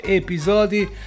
episodi